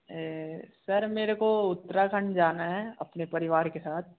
sir मेरे को उत्तराखंड जाना है अपने परिवार के साथ